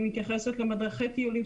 אני מתייחסת למדריכי טיולים,